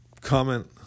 comment